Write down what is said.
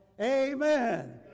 amen